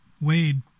Wade